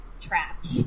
trapped